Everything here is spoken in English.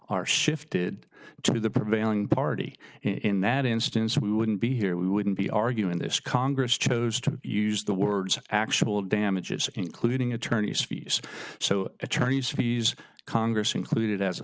are shifted to the prevailing party in that instance we wouldn't be here we wouldn't be arguing this congress chose to use the words actual damages including attorneys fees so attorneys fees congress included as a